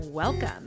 Welcome